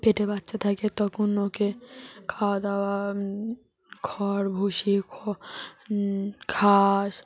পেটে বাচ্চা থাকে তখন ওকে খাওয়া দাওয়া খড় ভুসি খ ঘাস